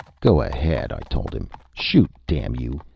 go ahead, i told him. shoot, damn you!